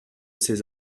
ces